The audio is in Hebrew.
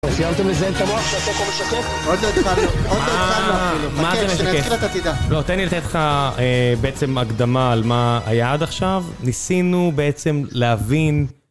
סיימתם לזיין את המוח שהסוף לא משקף? עוד לא התחלנו, עוד לא התחלנו אפילו חכה כשנתחיל אתה תדע מה זה משקף? לא, תן לי לתת לך בעצם הקדמה על מה היה עד עכשיו. ניסינו בעצם להבין.